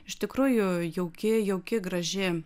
iš tikrųjų jauki jauki graži